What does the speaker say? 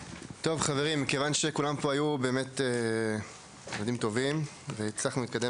חברים, כיוון שכולם כאן היו טובים הצלחנו להתקדם